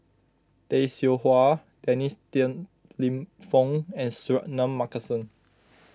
Tay Seow Huah Dennis Tan Lip Fong and Suratman Markasan